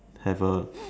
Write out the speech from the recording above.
have a